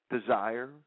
desire